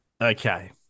Okay